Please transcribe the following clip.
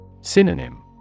Synonym